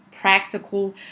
practical